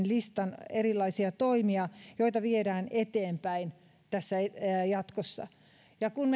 listasta erilaisia toimia joita viedään eteenpäin tässä jatkossa ja kun